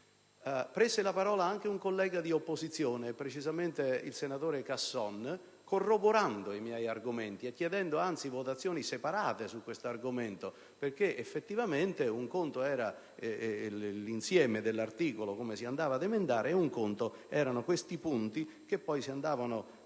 prese la parola anche un collega dell'opposizione, precisamente il senatore Casson, corroborando i miei argomenti e chiedendo una votazione per parti separate, perché effettivamente un conto era l'insieme dell'articolo ‑ come si andava ad emendare ‑ e altro conto erano le proposte che si andavano ad incentrare